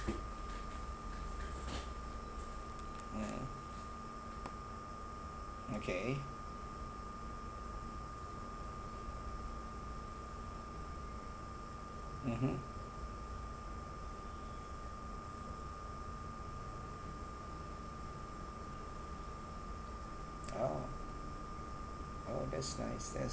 you ya okay mmhmm oh oh that's nice that's